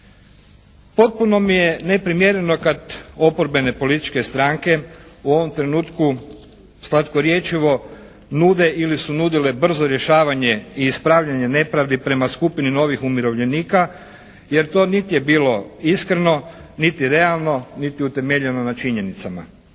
Potpuno mi je neprimjereno kad oporbene političke stranke u ovom trenutku slatkorječivo nude ili su nudile brzo rješavanje i ispravljanje nepravdi prema skupini novih umirovljenika jer to nit je bilo iskreno niti realno niti utemeljeno na činjenicama.